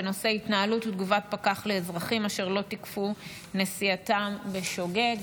בנושא: התנהלות תגובת פקח לאזרחים אשר לא תיקפו את נסיעתם בשוגג.